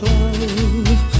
love